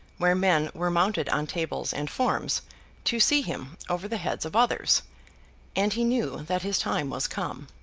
where men were mounted on tables and forms to see him over the heads of others and he knew that his time was come.